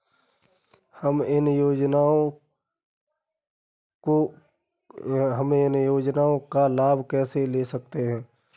हम इन योजनाओं का लाभ कैसे ले सकते हैं?